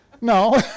No